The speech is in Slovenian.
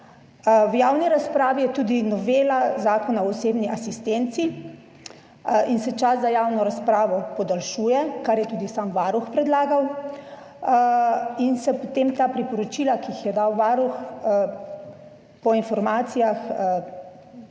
V javni razpravi je tudi novela Zakona o osebni asistenci in se čas za javno razpravo podaljšuje, kar je tudi sam Varuh predlagal, in se potem ta priporočila, ki jih je dal Varuh, po informacijah